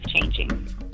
changing